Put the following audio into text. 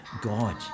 God